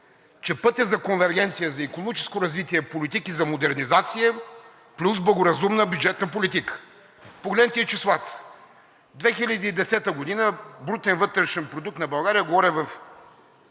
че пътят за конвергенция, за икономическо развитие, политики за модернизация плюс благоразумна бюджетна политика, погледнете и числата: през 2010 г. брутен вътрешен продукт на България, говоря